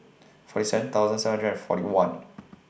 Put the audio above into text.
forty seven thousand seven hundred and forty one